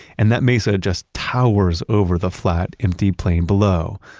and that mesa just towers over the flat, empty plain below.